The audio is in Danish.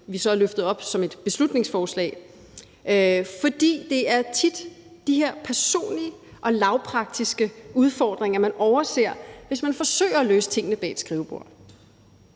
borgerforslag op som et beslutningsforslag, for det er tit de her personlige og lavpraktiske udfordringer, man overser, hvis man forsøger at løse tingene bag et skrivebord.